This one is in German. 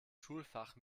schulfach